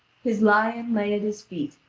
his lion lay at his feet,